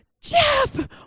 Jeff